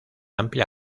amplia